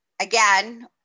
again